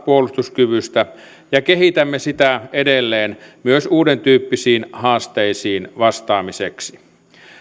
puolustuskyvystä ja kehitämme sitä edelleen myös uudentyyppisiin haasteisiin vastaamiseksi